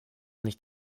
nicht